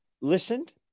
listened